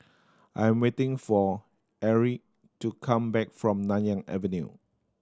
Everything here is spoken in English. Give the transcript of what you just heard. I am waiting for Erie to come back from Nanyang Avenue